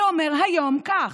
שאומר היום כך: